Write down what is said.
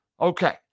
Okay